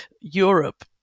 Europe